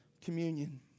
Communion